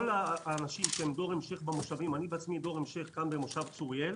כל האנשים שהם דור המשך במושבים אני בעצמי דור המשך במושב צוריאל